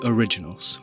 Originals